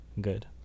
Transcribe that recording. good